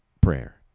Prayer